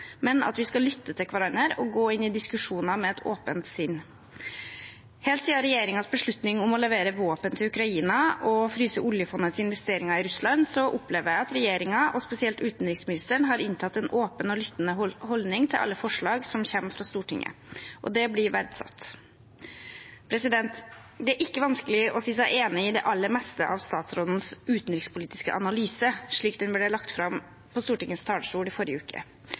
men at vi skal lytte til hverandre og gå inn i diskusjoner med et åpent sinn. Helt siden regjeringens beslutning om å levere våpen til Ukraina og fryse oljefondets investeringer i Russland opplever jeg at regjeringen, og spesielt utenriksministeren, har inntatt en åpen og lyttende holdning til alle forslag som kommer fra Stortinget, og det blir verdsatt. Det er ikke vanskelig å si seg enig i det aller meste av statsrådens utenrikspolitiske analyse, slik den ble lagt fram på Stortingets talerstol i forrige uke.